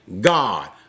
God